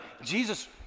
Jesus